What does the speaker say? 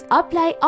apply